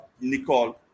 Nicole